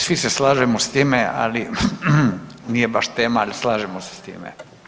Svi se slažemo s time, ali nije baš tema, ali slažemo se s time.